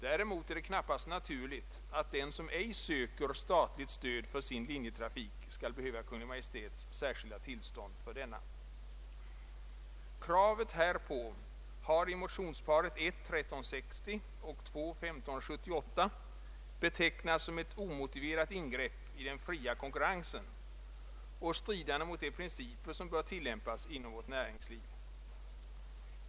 Däremot är det knappast naturligt att den som ej söker statligt stöd för sin linjetrafik skall behöva Kungl. Maj:ts särskilda tillstånd för denna. Kravet härpå har i motionsparet 1: 1360 och II: 1578 betecknats som ett omotiverat ingrepp i den fria konkurrensen och stridande mot de principer som bör tillämpas inom vårt näringsliv.